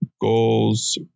goals